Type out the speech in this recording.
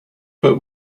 but